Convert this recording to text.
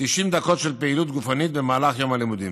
90 דקות של פעילות גופנית במהלך יום הלימודים.